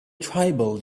tribal